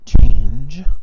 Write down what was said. change